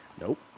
nope